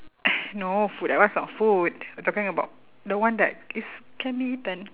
!hais! no food that one is not food we're talking about the one that is can be eaten